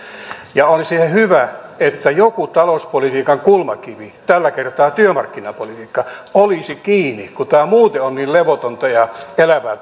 ja olisi ihan hyvä että joku talouspolitiikan kulmakivi tällä kertaa työmarkkinapolitiikka olisi kiinni kun muuten tämä talouspolitiikan tilanne on niin levotonta ja elävää